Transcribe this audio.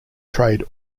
trade